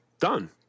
done